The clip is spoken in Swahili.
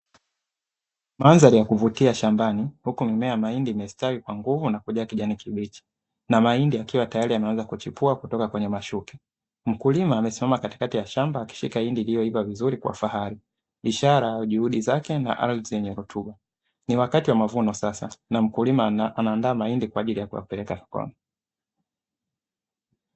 Mandhari ya kuvutia shambani, huku mimea ya mahindi imestawi kwa nguvu na kujaa kijani kibichi na mahindi, yakiwa tayari yameanza kuchepua kutoka kwenye mashuke mkulima amesimama katikati ya shamba akishika hindi, lililoiva vizuri kwa fahari ishara juhudi zake na ardhi yenye rutuba ni wakati wa mavuno sasa na mkulima anaanda mahindi kwa ajili ya kuyapeleka sokoni.